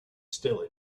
still